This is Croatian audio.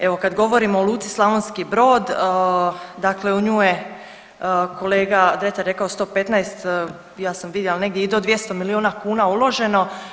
Evo, kad govorimo o Luci Slavonski Brod, dakle u nju je kolega Dretar rekao 115, ja sam vidjela negdje i do 200 milijuna kuna uloženo.